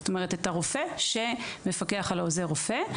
זאת אומרת את הרופא שמפקח על עוזר הרופא.